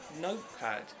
notepad